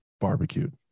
barbecued